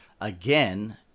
again